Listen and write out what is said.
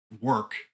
work